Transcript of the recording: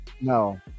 No